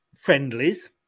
friendlies